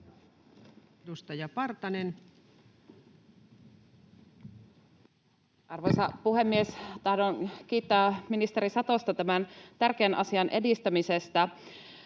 14:10 Content: Arvoisa puhemies! Tahdon kiittää ministeri Satosta tämän tärkeän asian edistämisestä.